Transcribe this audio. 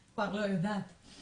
אני כבר לא יודעת באמת.